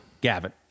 Gavin